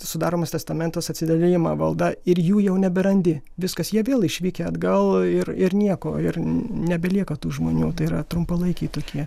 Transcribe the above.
sudaromas testamentas atsidalijama valda ir jų jau neberandi viskas jie vėl išvykę atgal ir ir nieko ir nebelieka tų žmonių tai yra trumpalaikiai tokie